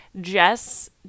Jess